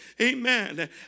Amen